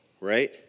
right